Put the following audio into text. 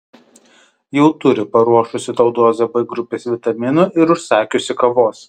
jau turi paruošusi tau dozę b grupės vitaminų ir užsakiusi kavos